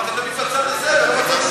רק הבעיה שלך שאתה כל הזמן מסכים,